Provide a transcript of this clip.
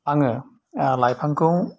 आङो लाइफांखौ